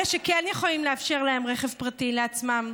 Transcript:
אלה שכן יכולים לאפשר רכב פרטי לעצמם,